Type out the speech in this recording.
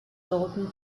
dalton